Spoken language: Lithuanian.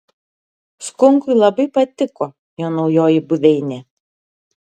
skunkui labai patiko jo naujoji buveinė